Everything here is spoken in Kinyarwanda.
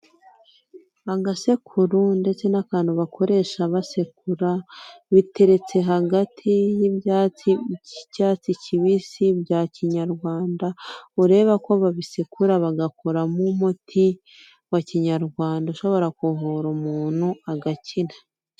Agasekuru ndetse n'akantu bakoresha basekura, biteretse hagati by'icyatsi kibisi bya kinyarwanda urebabe ko babisekura bagakoramo umuti wa kinyarwanda ushobora kuvura umuntu agakira.